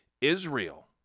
Israel